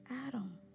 Adam